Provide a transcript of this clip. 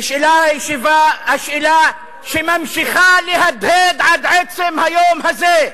נשאלה השאלה, שממשיכה להדהד עד עצם היום הזה.